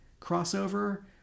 crossover